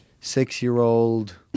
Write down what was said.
six-year-old